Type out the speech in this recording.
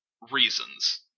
reasons